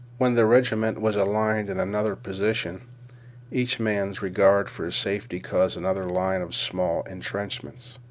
when the regiment was aligned in another position each man's regard for his safety caused another line of small intrenchments.